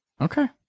Okay